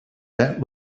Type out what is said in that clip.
that